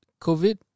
COVID